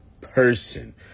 person